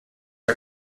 are